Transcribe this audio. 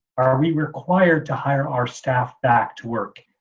are we required to hire our staff back to work,